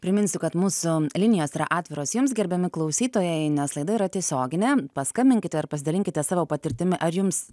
priminsiu kad mūsų linijos yra atviros jums gerbiami klausytojai nes laida yra tiesioginė paskambinkite ar pasidalinkite savo patirtimi ar jums